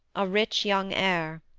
a rich young heir.